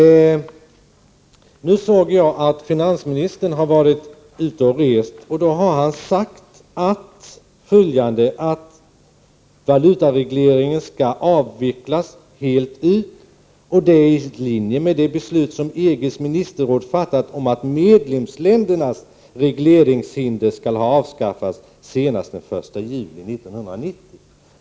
Jag har noterat att finansministern har varit ute och rest. I det sammanhanget sade han att valutaregleringen skall avvecklas fullt ut. Det är i linje med det beslut som EG:s ministerråd har fattat om att medlemsländernas regleringshinder skall ha avskaffats senast den 1 juli 1990.